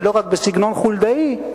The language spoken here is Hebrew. ולא רק בסגנון חולדאי,